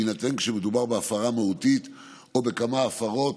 שיינתן כשמדובר בהפרה מהותית או בכמה הפרות